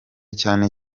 cyane